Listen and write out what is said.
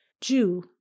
Jew